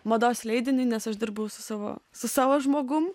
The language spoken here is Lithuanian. mados leidiniui nes aš dirbau su savo su savo žmogum